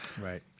right